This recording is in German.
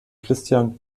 christian